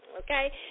okay